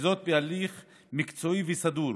וזאת בהליך מקצועי וסדור,